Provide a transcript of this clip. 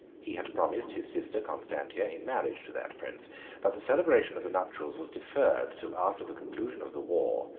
he had promised his sister constantia in marriage to that prince but the celebration of the nuptials was deferred till after the conclusion of the war,